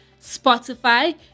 spotify